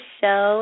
show